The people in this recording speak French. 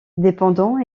dépendant